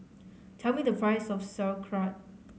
tell me the price of Sauerkraut